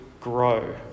grow